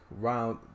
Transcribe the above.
round